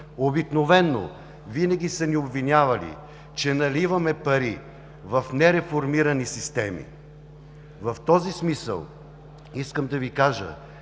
Обикновено винаги са ни обвинявали, че наливаме пари в нереформирани системи. В този смисъл искам да Ви кажа,